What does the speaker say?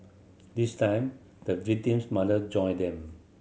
this time the victim's mother joined them